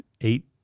eight